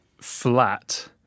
flat